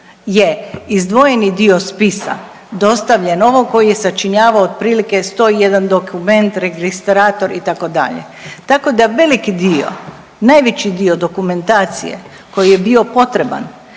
je izdvojeni dio spisa dostavljen ovom koji je sačinjavao otprilike 101 dokument, registrator itd. Tako da veliki dio, najveći dio dokumentacije koji je bio potreban